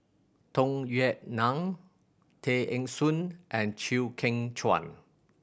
Tung Yue Nang Tay Eng Soon and Chew Kheng Chuan